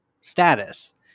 status